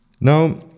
Now